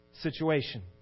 situation